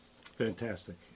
Fantastic